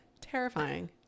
Terrifying